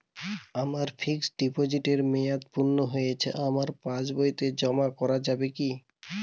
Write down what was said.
আমার ফিক্সট ডিপোজিটের মেয়াদ পূর্ণ হয়েছে আমার পাস বইতে জমা করা যাবে কি?